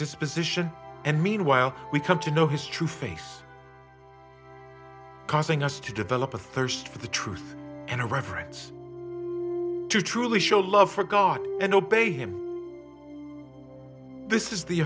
disposition and meanwhile we come to know his true face causing us to develop a thirst for the truth and a reference to truly show love for god and obey him this is the